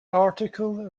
article